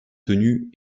tenue